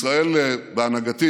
ישראל בהנהגתי